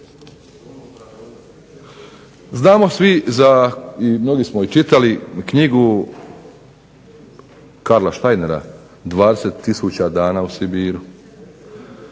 Znamo svi za i mnogi smo i čitali knjigu Karla Steinera 20000 dana u Sibiru…